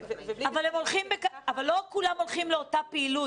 זה בלי קשר --- אבל לא כולם הולכים לאותה פעילות.